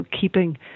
keeping